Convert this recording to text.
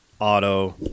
auto